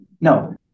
No